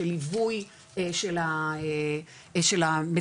של ליווי של המטפלות,